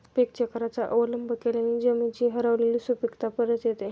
पीकचक्राचा अवलंब केल्याने जमिनीची हरवलेली सुपीकता परत येते